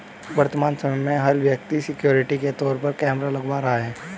वर्तमान समय में, हर व्यक्ति सिक्योरिटी के तौर पर कैमरा लगवा रहा है